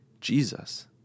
Jesus